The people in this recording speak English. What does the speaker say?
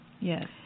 Yes